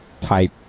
type